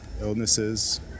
illnesses